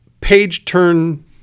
page-turn